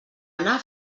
anar